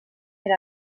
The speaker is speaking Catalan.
era